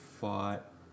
fought